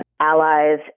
allies